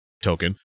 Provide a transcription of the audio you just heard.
token